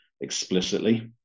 explicitly